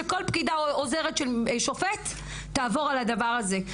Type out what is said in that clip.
שכל פקידה או עוזרת של שופט תעבור על הדבר הזה.